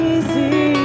Easy